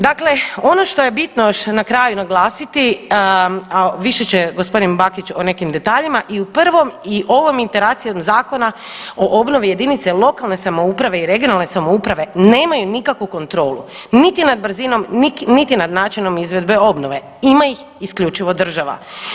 Dakle, ono što je bitno još na kraju naglasiti, a više će g. Bakić o nekim detaljima, i u prvom i ovom iteracijom Zakona o obnovi jedinice lokalne samouprave i regionalne samouprave nemaju nikakvu kontrolu niti nad brzinom niti nad načinom izvedbe obnove, ima ih isključivo država.